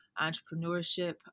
entrepreneurship